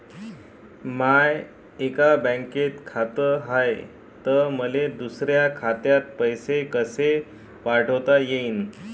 माय एका बँकेत खात हाय, त मले दुसऱ्या खात्यात पैसे कसे पाठवता येईन?